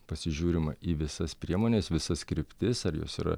pasižiūrima į visas priemones visas kryptis ar jos yra